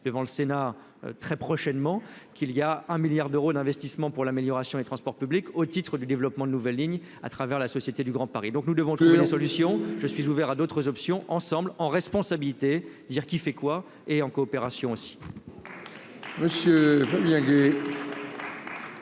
devant le Sénat, très prochainement, qu'il y a un milliard d'euros d'investissement pour l'amélioration des transports publics au titre du développement de nouvelles lignes à travers la Société du Grand Paris, donc nous devons trouver une solution, je suis ouvert à d'autres options ensemble en responsabilité, dire qui fait quoi et en coopération aussi.